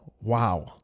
Wow